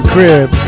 Crib